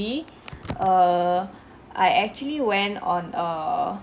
~ry uh I actually went on a